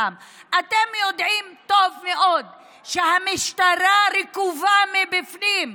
אתם יודעים טוב מאוד שהמשטרה רקובה מבפנים.